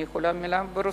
אני יכולה מלה ברוסית?